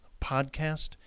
podcast